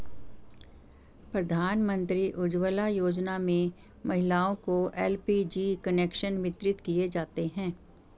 प्रधानमंत्री उज्ज्वला योजना में महिलाओं को एल.पी.जी कनेक्शन वितरित किये जाते है